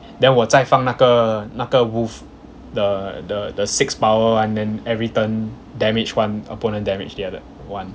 then 我再放那个那个 wolf the the the six power one then every turn damage one opponent damage the other one